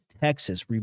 Texas